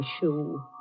shoe